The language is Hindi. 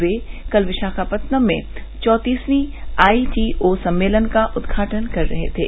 वे कल विशाखापटनम में चौंतीसवीं आई ए टी ओ सम्मेलन का उद्घाटन कर रहे थे